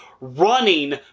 running